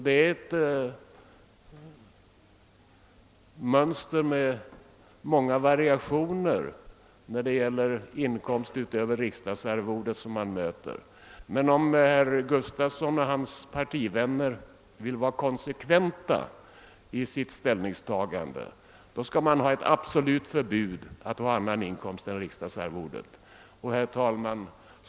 Det är alltså ett mönster med många variationer beträffande inkomst utöver riksdagsarvodet som man möter. Om herr Gustavsson och hans partivänner vill vara konsekventa i sitt ställningstagande bör de kräva ett absolut förbud mot att ha annan inkomst än riksdagsarvodet. Herr talman!